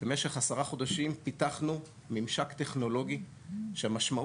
במשך עשרה חודשים פיתחנו ממשק טכנולוגי שהמשמעות